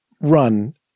run